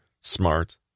smart